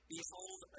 Behold